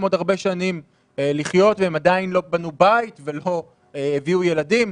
הרבה שנים לחיות והם עדיין לא בנו בית ולא הביאו ילדים.